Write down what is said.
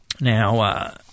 Now